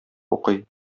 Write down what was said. укый